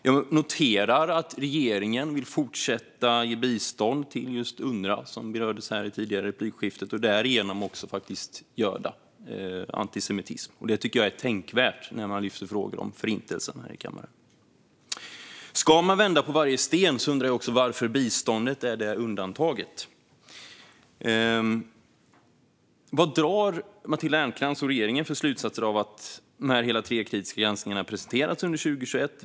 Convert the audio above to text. Jag noterar att regeringen vill fortsätta ge bistånd till UNRWA, som berördes i det tidigare replikskiftet, och därigenom också göda antisemitism. Det tycker jag är tänkvärt när man lyfter frågor om Förintelsen här i kammaren. Ska man vända på varje sten undrar jag också varför biståndet är undantaget. Vad drar Matilda Ernkrans och regeringen för slutsatser av att hela tre kritiska granskningar har presenterats under 2021?